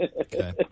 Okay